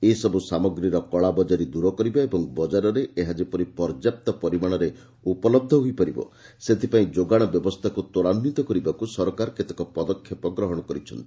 ଏସବୃ ସାମଗ୍ରୀର କଳାବଜାରୀ ଦୂର କରିବା ଏବଂ ବଜାରରେ ଏହା ଯେପରି ପର୍ଯ୍ୟାପ୍ତ ପରିମାଣରେ ଉପଲବ୍ଧ ହୋଇପାରିବ ସେଥିପାଇଁ ଯୋଗାଣ ବ୍ୟବସ୍ଥାକୃ ତ୍ୱରାନ୍ୱିତ କରିବାକୁ ସରକାର କେତେକ ପଦକ୍ଷେପ ଗ୍ରହଣ କରିଛନ୍ତି